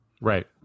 Right